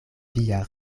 via